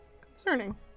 Concerning